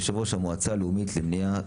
יושב ראש המועצה הלאומית למניעה,